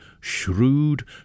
shrewd